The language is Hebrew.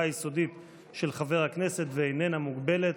היסודית של חבר הכנסת ואיננה מוגבלת.